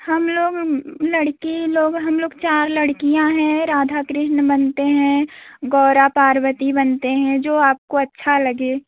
हम लोग लड़की लोग है हम लोग चार लड़कियाँ हैं राधा कृष्ण बनते हैं गौरी पारवती बनते हैं जो आपको अच्छा लगे